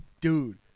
dude